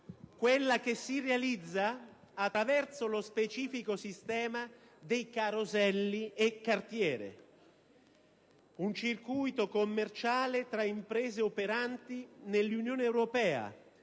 che si realizza attraverso lo specifico sistema dei «caroselli» e «cartiere», un circuito commerciale tra imprese operanti nell'Unione europea,